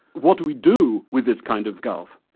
what do we do with this kind of gulf?